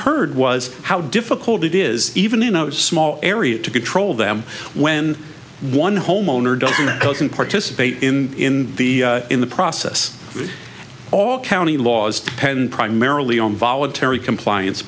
heard was how difficult it is even in a small area to control them when one homeowner doesn't participate in the in the process all county laws depend primarily on voluntary compliance